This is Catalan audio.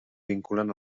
vinculen